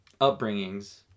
upbringings